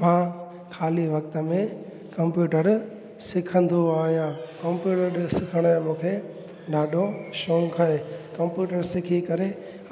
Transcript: मां ख़ाली वक़्त में कंप्यूटर सिखंदो आहियां कंप्यूटर सिखण जो मूंखे ॾाढो शौक़ु आहे कंप्यूटर सिखी करे